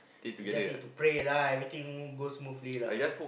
we just need to pray lah everything go smoothly lah